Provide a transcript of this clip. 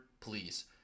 Please